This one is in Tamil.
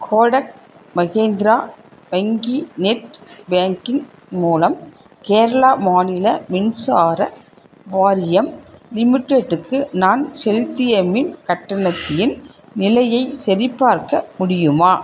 கோடக் மஹேந்திரா வங்கி நெட் பேங்கிங் மூலம் கேரளா மாநில மின்சார வாரியம் லிமிட்டெடுக்கு நான் செலுத்திய மின் கட்டணத்தின் நிலையைச் சரிபார்க்க முடியுமா